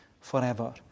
forever